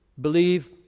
Believe